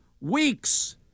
weeks